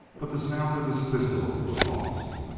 but the sound of his pistol was lost.